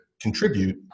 contribute